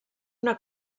una